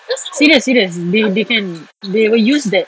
serious serious they they can they will use that